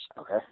Okay